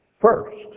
first